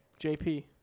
JP